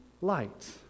light